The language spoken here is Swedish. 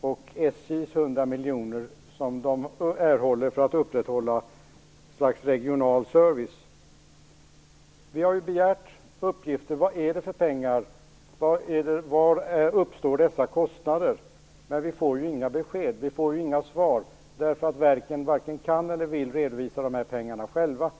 och SJ:s 100 miljoner, som de erhåller för att upprätthålla ett slags regional service. Vi har begärt uppgifter om vad det är för pengar, var dessa kostnader uppstår. Men vi får inga besked, vi får inga svar, eftersom verken varken kan eller vill redovisa de här pengarna själva.